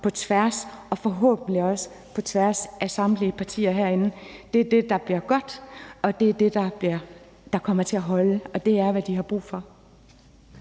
på tværs og forhåbentlig også på tværs af samtlige partier herinde. Det er det, der bliver godt, og det er det, der kommer til at holde, og det er, hvad de har brug for.